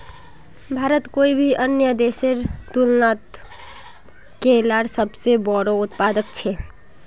भारत कोई भी अन्य देशेर तुलनात केलार सबसे बोड़ो उत्पादक छे